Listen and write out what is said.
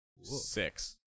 Six